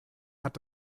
hat